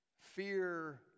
Fear